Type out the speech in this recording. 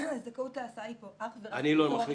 זכאות ההסעה היא אך ורק לאזורי רישום.